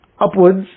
upwards